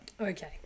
Okay